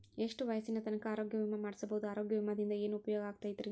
ಎಷ್ಟ ವಯಸ್ಸಿನ ತನಕ ಆರೋಗ್ಯ ವಿಮಾ ಮಾಡಸಬಹುದು ಆರೋಗ್ಯ ವಿಮಾದಿಂದ ಏನು ಉಪಯೋಗ ಆಗತೈತ್ರಿ?